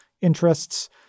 interests